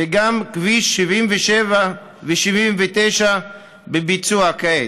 גם כביש 77 וכביש 79 בביצוע כעת,